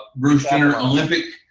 bruce jenner olympic,